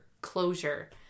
closure